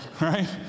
Right